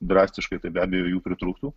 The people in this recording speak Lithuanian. drastiškai tai be abejo jų pritrūktų